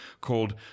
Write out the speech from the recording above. called